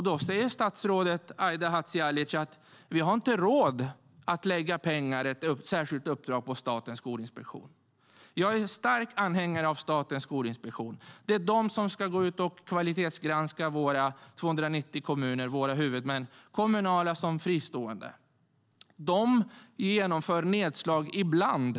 Då säger statsrådet Aida Hadzialic att vi inte har råd att lägga pengar och ett särskilt uppdrag på Statens skolinspektion. Jag är en stark anhängare av Statens skolinspektion. Det är de som ska gå ut och kvalitetsgranska våra 290 kommuner, våra huvudmän, kommunala som fristående. De genomför nedslag ibland.